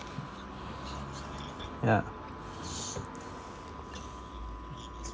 yeah